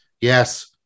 yes